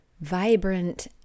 vibrant